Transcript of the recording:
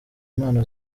impano